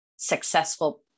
successful